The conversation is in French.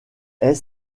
ait